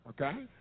Okay